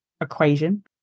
equation